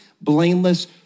blameless